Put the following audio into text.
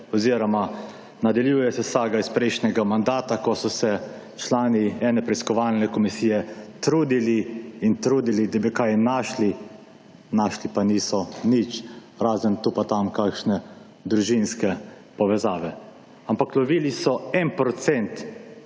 oziroma nadaljuje se saga iz prejšnjega mandata, ko so se člani ene preiskovalne komisije trudili in trudili, da bi kaj našli, našli pa niso nič, razen tu pa tam kakšne družinske povezave. Ampak lovili so 1